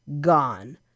gone